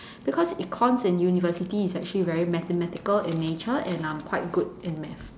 because econs in university is actually very mathematical in nature and I'm quite good in math